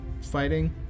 fighting